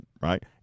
Right